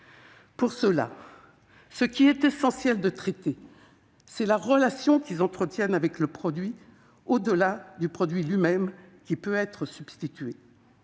Pour ceux-là, il est essentiel de traiter la relation qu'ils entretiennent avec le produit, au-delà du produit lui-même, qui peut être remplacé